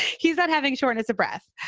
he's not having shortness of breath,